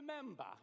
remember